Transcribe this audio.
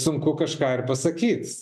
sunku kažką ir pasakyt